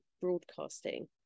broadcasting